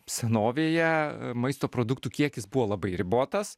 senovėje maisto produktų kiekis buvo labai ribotas